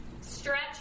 stretch